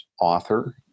author